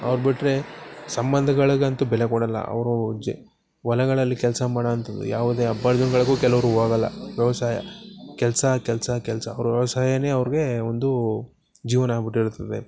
ಅವ್ರು ಬಿಟ್ಟರೆ ಸಂಬಂಧಗಳ್ಗೆ ಅಂತೂ ಬೆಲೆ ಕೊಡೋಲ್ಲ ಅವರು ಜ ಹೊಲಗಳಲ್ಲಿ ಕೆಲಸ ಮಾಡೋ ಅಂಥದು ಯಾವುದೇ ಹಬ್ಬದ್ ದಿನಗಳಿಗೂ ಕೆಲವರು ಹೋಗಲ್ಲ ವ್ಯವಸಾಯ ಕೆಲಸ ಕೆಲಸ ಕೆಲಸ ಅವ್ರು ವ್ಯವಸಾಯವೇ ಅವ್ರಿಗೆ ಒಂದು ಜೀವನ ಆಗಿ ಬಿಟ್ಟಿರುತ್ತದೆ